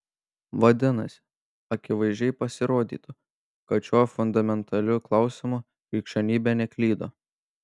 vadinasi akivaizdžiai pasirodytų kad šiuo fundamentaliu klausimu krikščionybė neklydo